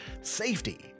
Safety